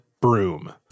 broom